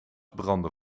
brandde